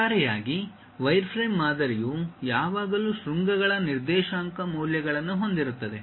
ಒಟ್ಟಾರೆಯಾಗಿ ವೈರ್ಫ್ರೇಮ್ ಮಾದರಿಯು ಯಾವಾಗಲೂ ಶೃಂಗಗಳ ನಿರ್ದೇಶಾಂಕ ಮೌಲ್ಯಗಳನ್ನು ಹೊಂದಿರುತ್ತದೆ